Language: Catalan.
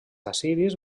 assiris